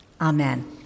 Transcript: Amen